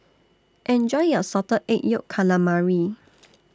Enjoy your Salted Egg Yolk Calamari